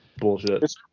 Bullshit